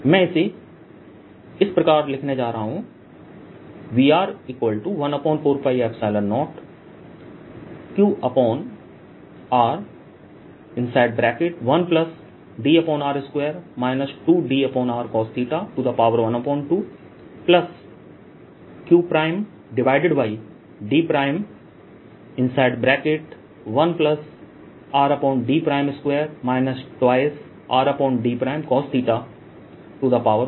मैं इसे इस प्रकार लिखने जा रहा हूं V14π0qr1dr2 2drcosθ12qd1rd2 2 rdcosθ12